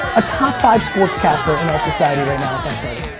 a top five sportscaster in our society right now if i started.